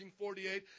1948